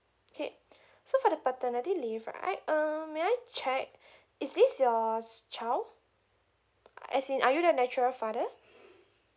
okay so for the paternity leave right um may I check is this your child as in are you the natural father